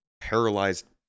paralyzed